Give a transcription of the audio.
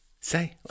Say